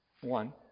One